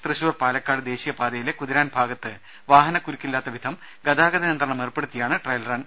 തൃശൂർ പാലക്കാട് ദ്ദേശീയ പാതയിലെ കു തിരാൻ ഭാഗത്ത് വാഹന കുരുക്കില്ലാത്ത വിധം ഗതാഗത് നിയന്ത്രണമേർപ്പെടു ത്തിയാണ് ട്രയൽ റൺ